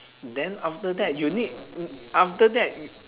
then after that you need after that y~